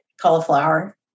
cauliflower